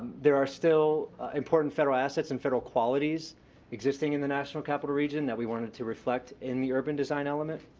there are still important federal assets and federal qualities existing in the national capital region that we wanted to reflect in the urban design element,